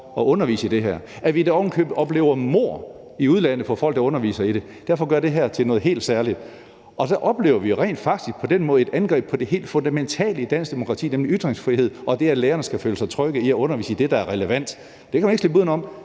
at undervise i det her, og at vi ovenikøbet oplever, at der i udlandet bliver begået mord på folk, der underviser i det. Det gør det her til noget helt særligt. Og så oplever vi faktisk på den måde et angreb på det helt fundamentale i dansk demokrati, nemlig ytringsfriheden og det, at lærerne skal føle sig trygge i at undervise i det, der er relevant. Det kan man ikke slippe udenom